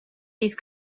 these